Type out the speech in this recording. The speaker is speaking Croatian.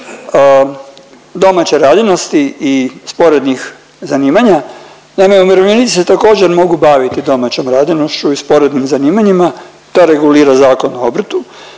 domaće radinosti i sporednih zanimanja. Naime, umirovljenici se također mogu baviti domaćom radinosti i sporednim zanimanjima, to regulira Zakon o obrtu.